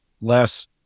less